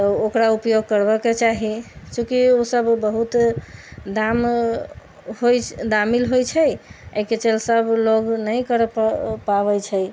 तऽ ओकरा उपयोग करबाके चाही चुकी उसब बहुत दाम होइ दामिल होइ छै एहिके चलते सबलोग नहि करै पाबै छै